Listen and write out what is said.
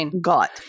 got